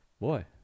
boy